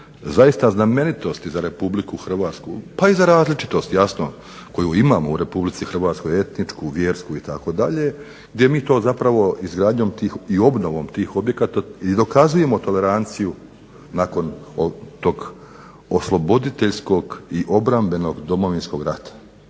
zaista znamenitosti za Republiku Hrvatsku pa i za različitost jasno koju imamo u Republici Hrvatskoj etničku, vjersku itd. gdje mi to zapravo izgradnjom tih i obnovom tih objekata i dokazujemo toleranciju nakon tog osloboditeljskog i obrambenog Domovinskog rata.